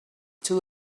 too